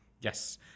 Yes